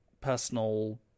personal